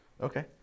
Okay